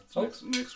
Next